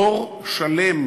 דור שלם